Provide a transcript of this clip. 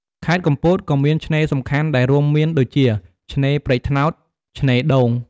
ខេត្តកំពតក៏មានឆ្នេរសំខាន់ដែលរួមមានដូចជា ឆ្នេរព្រែកត្នោត ឆ្នេរដូង។